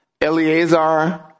Eleazar